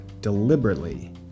deliberately